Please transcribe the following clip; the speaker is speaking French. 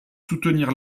soutenir